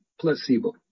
placebo